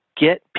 get